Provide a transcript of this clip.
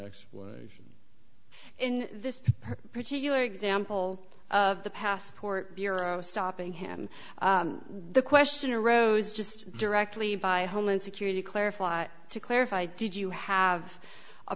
explanation in this particular example of the passport bureau stopping him the question arose just directly by homeland security clarified to clarify did you have a